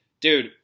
dude